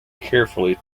carefully